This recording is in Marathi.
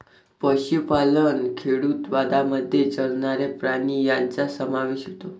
पशुपालन खेडूतवादामध्ये चरणारे प्राणी यांचा समावेश होतो